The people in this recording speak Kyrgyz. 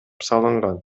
салынган